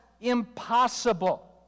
impossible